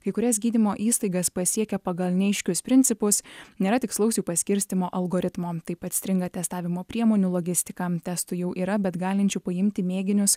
kai kurias gydymo įstaigas pasiekia pagal neaiškius principus nėra tikslaus jų paskirstymo algoritmo taip pat stringa testavimo priemonių logistiką testų jau yra bet galinčių paimti mėginius